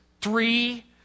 three